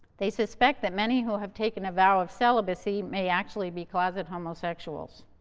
they suspect that many who have taken a vow of celibacy may actually be closet homosexuals.